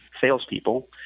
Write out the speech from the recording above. salespeople